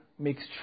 Makes